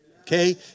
okay